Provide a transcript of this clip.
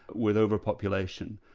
with overpopulation,